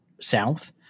south